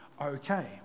okay